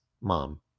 mom